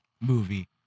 movie